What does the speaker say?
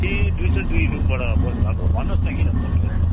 ए दुई सौ दुई रुमबाट बोल्नुभएको भन्नुहोस् न किन फोन गर्नुभयो